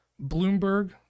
Bloomberg